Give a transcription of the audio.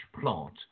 plot